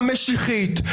המשיחית,